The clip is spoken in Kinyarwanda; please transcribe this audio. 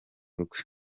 rwe